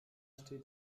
steht